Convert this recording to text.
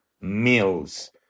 meals